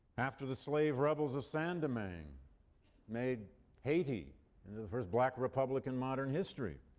after the slave rebels of san domingue made haiti and the the first black republic in modern history,